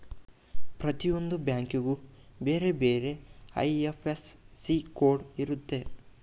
ಪ್ರತಿಯೊಂದು ಬ್ಯಾಂಕಿಗೂ ಬೇರೆ ಬೇರೆ ಐ.ಎಫ್.ಎಸ್.ಸಿ ಕೋಡ್ ಇರುತ್ತೆ